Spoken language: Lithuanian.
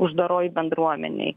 uždaroj bendruomenėj